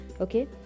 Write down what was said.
Okay